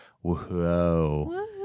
Whoa